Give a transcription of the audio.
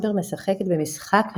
אמבר משחקת ב"משחק הבכי"